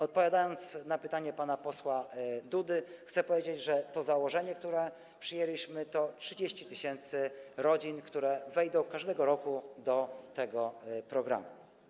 Odpowiadając na pytanie pana posła Dudy, chcę powiedzieć, że to założenie, które przyjęliśmy, to 30 tys. rodzin, które wejdą każdego roku do tego programu.